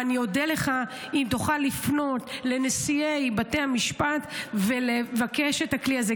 אני אודה לך אם תוכל לפנות לנשיאי בתי המשפט ולבקש את הכלי הזה,